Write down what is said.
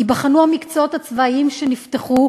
ייבחנו בה המקצועות הצבאיים שנפתחו,